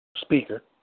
speaker